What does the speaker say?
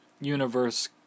universe